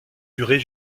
durer